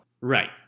Right